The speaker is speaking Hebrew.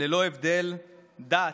ללא הבדלי דת,